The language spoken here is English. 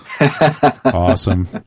Awesome